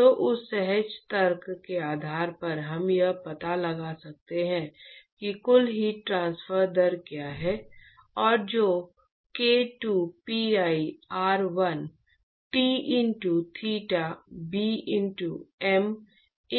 तो उस सहज तर्क के आधार पर हम यह पता लगा सकते हैं कि कुल हीट ट्रांसफर दर क्या है और जो k 2pi r1 t into theta b into m